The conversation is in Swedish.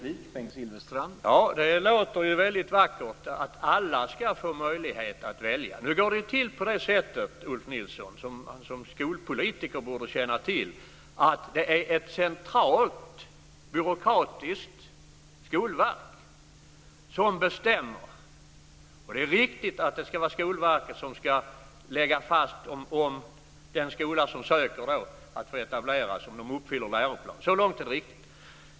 Herr talman! Det låter ju väldigt vackert att alla ska få möjlighet att välja. Nu går det till på det sättet, vilket Ulf Nilsson som skolpolitiker borde känna till, att det är ett centralt byråkratiskt skolverk som bestämmer. Och det är viktigt att det ska vara Skolverket som ska lägga fast om den skola som ansöker om att få etablera sig uppfyller läroplanen. Så långt är det riktigt.